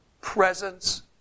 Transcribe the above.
presence